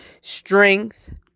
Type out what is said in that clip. strength